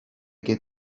que